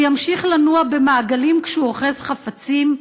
הוא ימשיך לנוע במעגלים כשהוא אוחז חפצים.